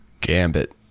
Gambit